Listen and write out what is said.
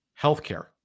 healthcare